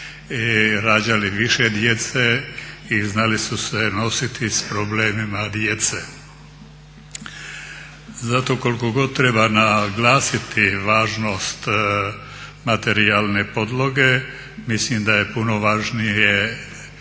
rađali više djece i znali su se nositi s problemima djece. Zato koliko god treba naglasiti važnost materijalne podloge, mislim da je puno važnije